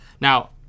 Now